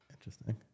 Interesting